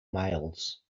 males